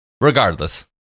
regardless